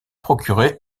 procurer